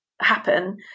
happen